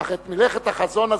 אך את מלאכת החזון הזו,